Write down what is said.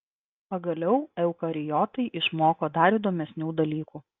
pagaliau eukariotai išmoko dar įdomesnių dalykų